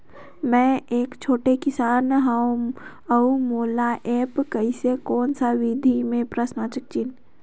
मै एक छोटे किसान हव अउ मोला एप्प कइसे कोन सा विधी मे?